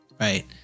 Right